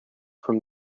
from